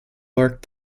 worked